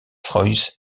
royce